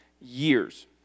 years